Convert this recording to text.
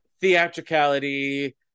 theatricality